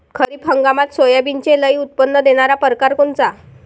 खरीप हंगामात सोयाबीनचे लई उत्पन्न देणारा परकार कोनचा?